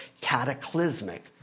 cataclysmic